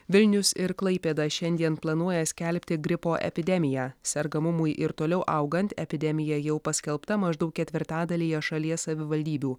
vilnius ir klaipėda šiandien planuoja skelbti gripo epidemiją sergamumui ir toliau augant epidemija jau paskelbta maždaug ketvirtadalyje šalies savivaldybių